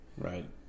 Right